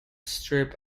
strip